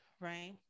right